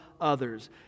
others